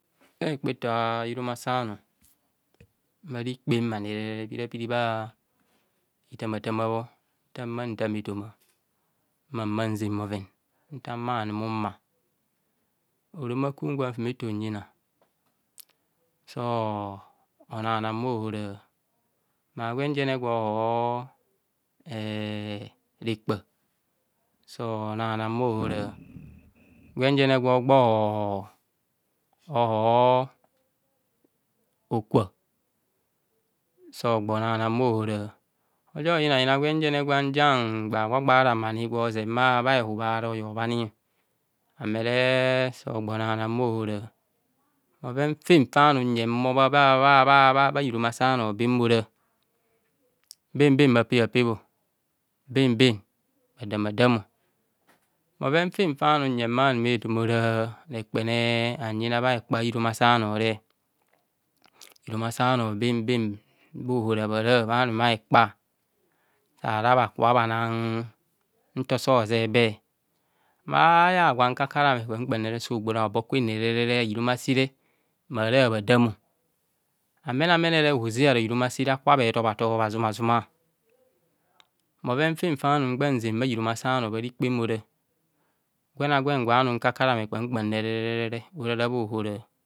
Bha hekpa eto a'hirumasa ono, bha arikpemani pirapiri bha hitamata mabho nta humo ntaa eto ma humonsen bho- femn nta mmanum unma orumakum gwan fumeto nyina sooo onanan bhaohora ma gwen jene gwo hooo ee rekpa so nanan bhaohora gwen jene gwo gbohoo ohoo okpaa sogbo nana bhahora ojo yina yina gwenjene gwan jangba gba gba ara e ani guozen ma ehubharoyor bhani ameree so gbonana bha hora bhoven fen fa anum nyeng bha bha bha irumasano bene ora ben ben bha pebhapebho ben bwn bhadamadamo bhoven fen fa num nyen bha nume efoma oraaa rekpenee hanyina bha hekpa iri masahonore hirumasaanor ben ben bhohora habhara bhabuma hekpa sahara bha kubho bhanagg ntoso zebe mma aya gwan ka karame kpan kpanere sogba ora hobo kwenerere hirumasire mara habha damo ameneomenere ozeoro hirumasire aka bheto bhato bhazuma zuma bhoven fen fa anum mgba zen ma hiru masa no bharikpe ora gwena gwen gwa num nkakarame kpam kpam re orara bhahora